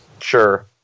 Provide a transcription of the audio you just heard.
Sure